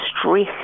stress